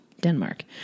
Denmark